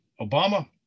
Obama